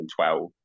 2012